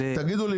תגידו לי,